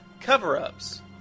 cover-ups